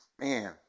man